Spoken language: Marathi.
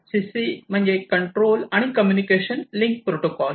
CC म्हणजे कंट्रोल आणि कम्युनिकेशन लिंक प्रोटोकॉल